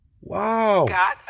Wow